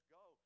go